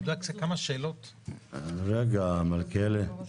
כמה שאלות -- רגע, מלכיאלי.